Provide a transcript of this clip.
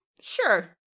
sure